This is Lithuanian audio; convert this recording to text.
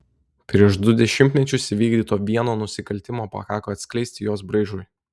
prieš du dešimtmečius įvykdyto vieno nusikaltimo pakako atskleisti jos braižui